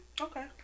Okay